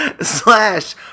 Slash